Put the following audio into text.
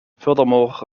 furthermore